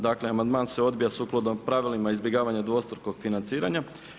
Dakle amandman se odbija sukladno pravilima izbjegavanja dvostrukog financiranja.